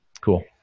Cool